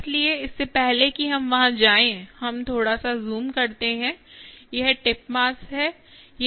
इसलिए इससे पहले कि हम वहां जाएं हम थोड़ा सा ज़ूम करते हैं यह टिप मास है